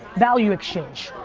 value exchange,